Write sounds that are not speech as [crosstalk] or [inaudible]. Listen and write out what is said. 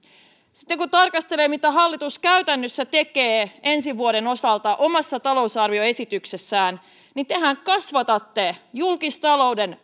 sitten kun tarkastelee mitä hallitus käytännössä tekee ensi vuoden osalta omassa talousar vioesityksessään niin tehän kasvatatte julkistalouden [unintelligible]